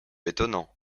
étonnant